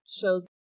shows